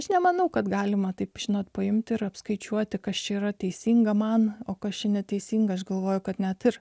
aš nemanau kad galima taip žinot paimti ir apskaičiuoti kas čia yra teisinga man o kas čia neteisinga aš galvoju kad net ir